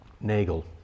Nagel